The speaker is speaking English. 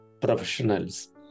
professionals